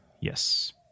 Yes